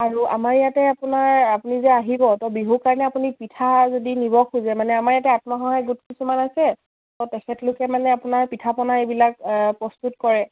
আৰু আমাৰ ইয়াতে আপোনাৰ আপুনি যে আহিব ত' বিহুৰ কাৰণে আপুনি পিঠা যদি নিব খোজে মানে আমাৰ ইয়াতে আত্মসহায়ক গোট কিছুমান আছে ত' তেখেতলোকে মানে আপোনাৰ পিঠা পনা এইবিলাক প্ৰস্তুত কৰে